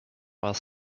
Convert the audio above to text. while